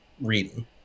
reading